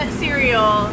cereal